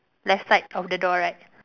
left side of the door right